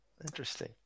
Interesting